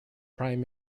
prime